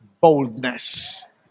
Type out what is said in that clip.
boldness